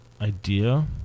idea